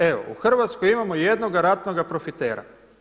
Evo u Hrvatskoj imamo jednoga ratnoga profitera.